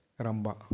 ramba